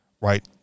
right